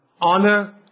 Honor